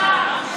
בושה.